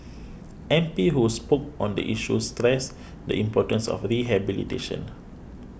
M P who spoke on the issue stressed the importance of rehabilitation